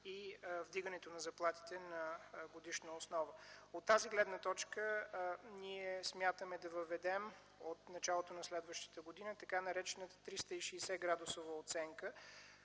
и вдигането на заплатите на годишна основа. От тази гледна точка ние смятаме да въведем от началото на следващата година така наречената 360-градусова оценка,